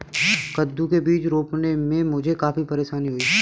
कद्दू के बीज रोपने में मुझे काफी परेशानी हुई